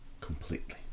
completely